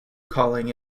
calling